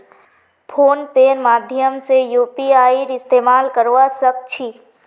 phone पेर माध्यम से यूपीआईर इस्तेमाल करवा सक छी